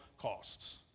costs